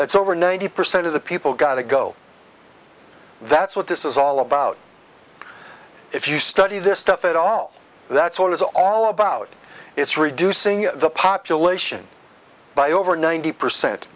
that's over ninety percent of the people got to go that's what this is all about if you study this stuff at all that's what it's all about it's reducing the population by over ninety percent